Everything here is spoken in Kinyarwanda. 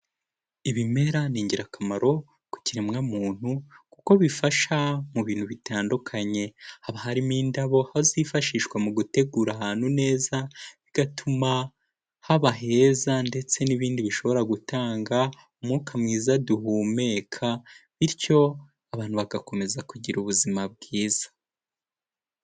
Ibimera ni ingirakamaro ku kiremwamuntu kuko bifasha mu bintu bitandukanye, haba harimo indabo aho zifashishwa mu gutegura ahantu neza bigatuma haba heza ndetse n'ibindi bishobora gutanga umwuka mwiza duhumeka bityo abantu bagakomeza kugira ubuzima bwiza.